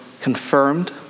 confirmed